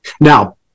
Now